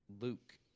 Luke